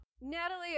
Natalie